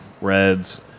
reds